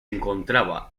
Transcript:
encontraba